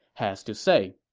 has to say